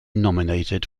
nominated